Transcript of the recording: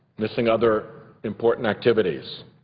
missing other important activities.